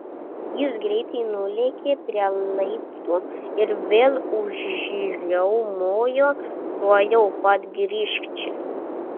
jis greitai nulėkė prie laiptų ir vėl užriaumojo tuojau pat grįžk čia